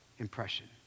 impression